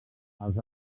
els